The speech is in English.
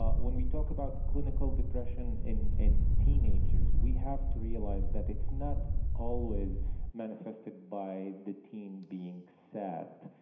ah when we talk about clinical depression in in teenagers we have to realize that it's not always manifested by the teen being sad.